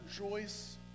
rejoice